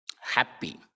happy